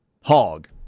Hog